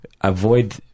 avoid